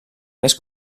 més